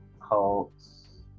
cults